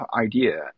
idea